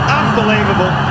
unbelievable